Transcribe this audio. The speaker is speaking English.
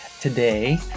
today